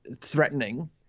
threatening